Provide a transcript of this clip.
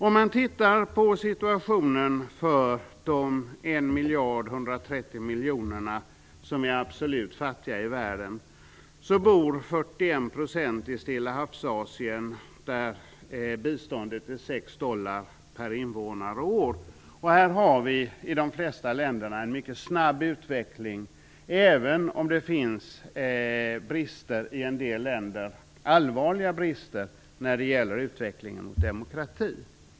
Om man tittar på situationen för de 1 130 miljoner människor som är absolut fattigast i världen finner man att 41 % av dessa bor i Stillahavsasien, där biståndet är sex dollar per invånare och år. I de flesta av dessa länder finns en mycket snabb utveckling, även om det finns allvarliga brister i en del länder när det gäller utveckling och demokrati.